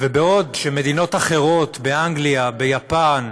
ובעוד מדינות אחרות, באנגליה, ביפן,